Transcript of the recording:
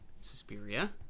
Suspiria